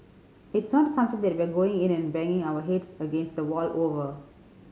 it's not something that we are going in and banging our heads against a wall over